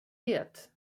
get